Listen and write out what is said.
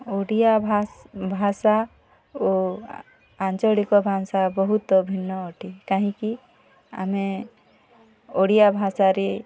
ଓଡ଼ିଆ ଭାଷ୍ ଭାଷା ଓ ଆଞ୍ଚଳିକ ଭାଷାଁ ବହୁତ ଭିନ୍ନ ଅଟେ କାହିଁକି ଆମେ ଓଡ଼ିଆ ଭାଷାରେ